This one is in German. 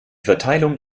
verteilung